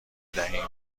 بدهیم